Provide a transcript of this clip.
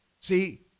See